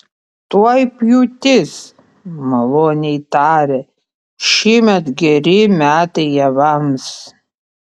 tuoj pjūtis maloniai tarė šįmet geri metai javams